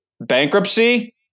Bankruptcy